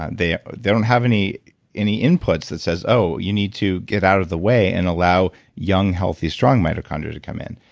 they they don't have any any inputs that says, you need to get out of the way and allow young, healthy, strong mitochondria to come in.